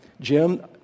Jim